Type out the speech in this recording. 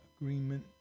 agreement